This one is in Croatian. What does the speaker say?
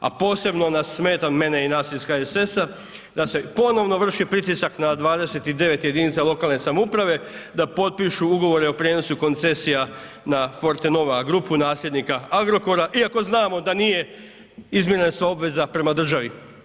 A posebno nas smeta mene i nas iz HSS-a da se ponovno vrši pritisak na 29 jedinica lokalne samouprave da potpišu ugovore o prijenosu koncesija na Forte nova grupu nasljednika Agrokora iako znamo da nije izmirena sva obveza prema državi.